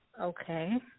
Okay